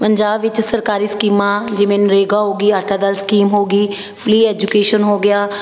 ਪੰਜਾਬ ਵਿੱਚ ਸਰਕਾਰੀ ਸਕੀਮਾਂ ਜਿਵੇਂ ਨਰੇਗਾ ਹੋ ਗਈ ਆਟਾ ਦਾਲ ਸਕੀਮ ਹੋ ਗਈ ਫਰੀ ਐਜੂਕੇਸ਼ਨ ਹੋ ਗਿਆ